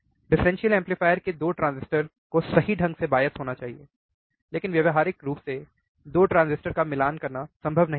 differential amplifier के 2 transistor को सही ढंग से बायस होना चाहिए लेकिन व्यावहारिक रूप से 2 ट्रांजिस्टर का मिलान करना संभव नहीं है